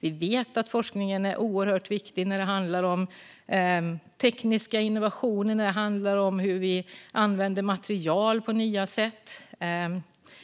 Vi vet att forskningen är oerhört viktig när det handlar om tekniska innovationer och när det handlar om hur vi använder material på nya sätt.